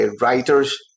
writers